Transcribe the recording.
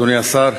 אדוני השר,